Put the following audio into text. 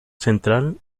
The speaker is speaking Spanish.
central